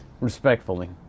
Respectfully